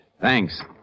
Thanks